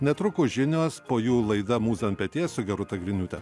netrukus žinios po jų laida mūza ant peties su gerūta griniūte